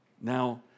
Now